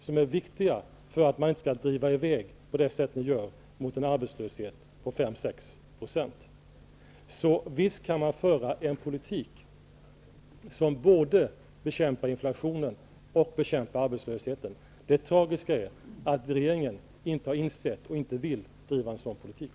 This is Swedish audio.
De är viktiga för att man inte skall driva i väg, på det sätt som ni gör, mot en arbetslöshet på 5--6 %. Man kan visst föra en politik som bekämpar både inflationen och arbetslösheten. Det tragiska är att regeringen inte har insett det och inte vill driva en sådan politik.